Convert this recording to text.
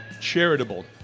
Charitable